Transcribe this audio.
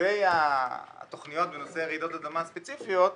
לגבי התכניות בנושא רעידות אדמה ספציפיות.